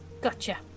Gotcha